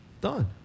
Done